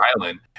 island